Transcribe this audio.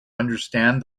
understand